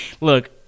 Look